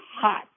hot